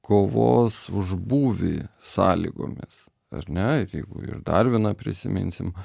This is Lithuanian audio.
kovos už būvį sąlygomis ar ne ir jeigu ir dar vieną prisiminsim